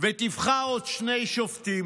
ותבחר עוד שני שופטים.